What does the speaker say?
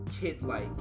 kid-like